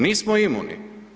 Nismo imuni.